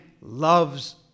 loves